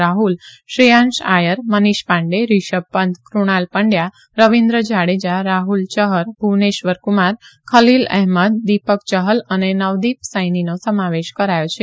રાહુલ શ્રેયાંસ આયર મનીષ પાંડે રીષભ પંત કૃણાલ પંડયા રવીન્દ્ર જાડેજા રાહુલ ચહર ભુવનેશ્વર કુમાર ખલીલ અહેમદ દીપક ચહલ અને નવદીપ આભાર નિહારીકા રવિયા સૈનીનો સમાવેશ કરાયો છે